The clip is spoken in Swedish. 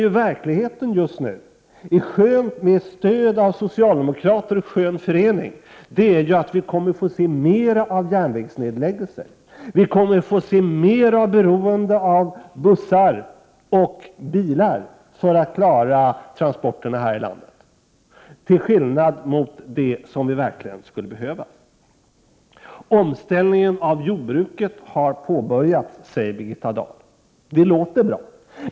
I verkligheten, med stöd av socialdemokraterna i skön förening, kommer vi att få se mer av järnvägsnedläggelser och mer av beroende av bussar och bilar för att klara transporterna här i landet, till skillnad från vad som faktiskt verkligen skulle behövas. Omställningen av jordbruk har påbörjats, säger Birgitta Dahl. Det låter bra.